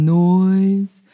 noise